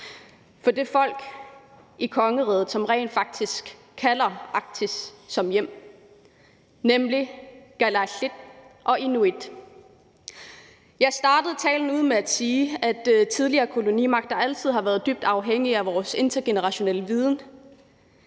for det folk i kongeriget, som rent faktisk kalder Arktis deres hjem, nemlig kalaallit og inuit. Jeg startede talen med at sige, at tidligere kolonimagter altid har været dybt afhængige af vores intergenerationelle viden.